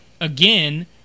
again